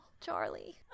charlie